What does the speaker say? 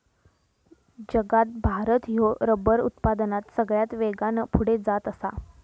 जगात भारत ह्यो रबर उत्पादनात सगळ्यात वेगान पुढे जात आसा